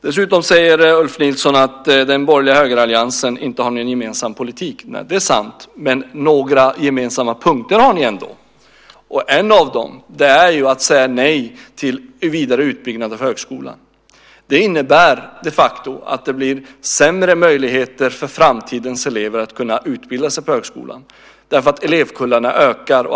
Ulf Nilsson säger att den borgerliga högeralliansen inte har någon gemensam politik. Det är sant, men några gemensamma punkter har ni ändå. En av dem är att säga nej till vidare utbyggnad av högskolan. Det innebär de facto att det blir sämre möjligheter för framtidens elever att utbilda sig på högskolan eftersom elevkullarna ökar.